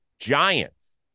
giants